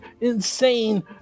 insane